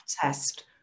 test